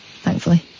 Thankfully